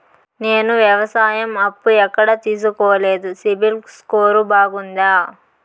నేను వ్యవసాయం అప్పు ఎక్కడ తీసుకోలేదు, సిబిల్ స్కోరు బాగుందా?